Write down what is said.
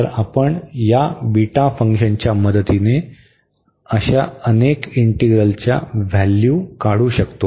तर आपण या बीटा फंक्शनच्या मदतीने अशा अनेक इंटीग्रलची व्हॅल्यू काढू शकतो